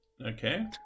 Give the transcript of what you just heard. Okay